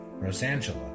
Rosangela